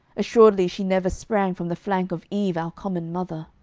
assuredly she never sprang from the flank of eve, our common mother.